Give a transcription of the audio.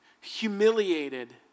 humiliated